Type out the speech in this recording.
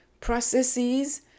processes